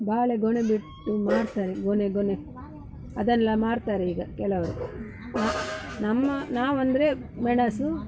ಬಾಳೆ ಗೊನೆ ಬಿಟ್ಟು ಮಾಡ್ತಾರೆ ಗೊನೆ ಗೊನೆ ಅದೆಲ್ಲ ಮಾಡ್ತಾರೆ ಈಗ ಕೆಲವರು ನಮ್ಮ ನಾವೆಂದ್ರೆ ಮೆಣಸು